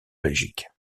belgique